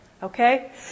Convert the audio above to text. Okay